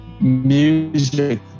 music